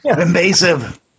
Invasive